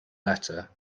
letter